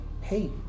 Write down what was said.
Hey